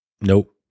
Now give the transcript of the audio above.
Nope